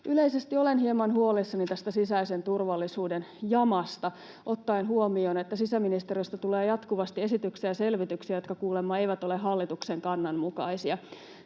Yleisesti olen hieman huolissani tästä sisäisen turvallisuuden jamasta ottaen huomioon, että sisäministeriöstä tulee jatkuvasti esityksiä ja selvityksiä, jotka kuulemma eivät ole hallituksen kannan mukaisia.